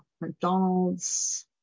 McDonald's